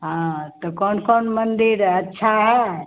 हाँ तो कौन कौन मंदिर अच्छा है